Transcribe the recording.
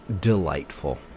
Delightful